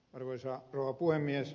arvoisa rouva puhemies